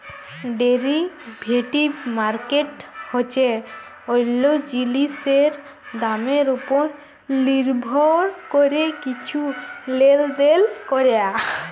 derivative market হছে অল্য জিলিসের দামের উপর লির্ভর ক্যরে কিছু লেলদেল ক্যরা